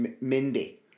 Mindy